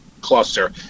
cluster